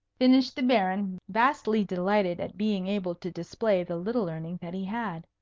finished the baron, vastly delighted at being able to display the little learning that he had.